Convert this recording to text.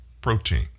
protein